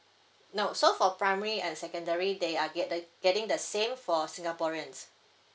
no so for primary and secondary they are get they getting the same for singaporeans